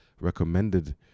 recommended